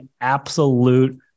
absolute